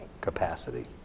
capacity